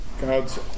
God's